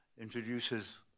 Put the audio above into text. introduces